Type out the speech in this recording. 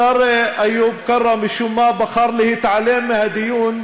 השר איוב קרא משום מה בחר להתעלם מהדיון,